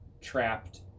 trapped